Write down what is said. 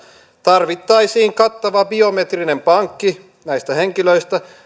tarvittaisiin kattava biometrinen pankki näistä henkilöistä